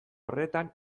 horretan